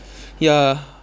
ya